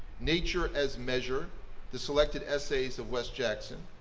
nature as measure the selected essays of wes jackson,